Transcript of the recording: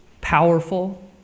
powerful